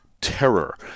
terror